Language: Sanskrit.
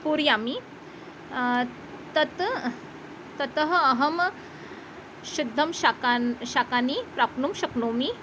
पूरयामि तत् ततः अहं शुद्धं शाकान् शाकानि प्राप्नुं शक्नोमि